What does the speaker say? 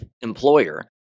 employer